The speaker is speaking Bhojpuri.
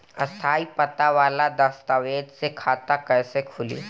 स्थायी पता वाला दस्तावेज़ से खाता कैसे खुली?